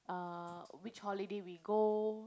uh which holiday we go